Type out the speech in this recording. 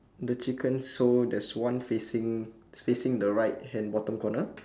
the chicken so there's one facing it's facing the right hand bottom corner